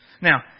Now